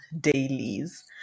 dailies